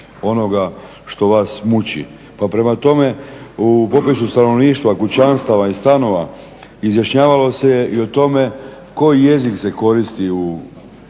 onoga što vas muči pa prema tome u popisu stanovništva, kućanstva i stanova izjašnjavalo se i o tome koji jezik se koristi u